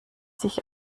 sich